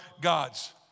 God's